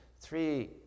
three